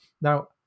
now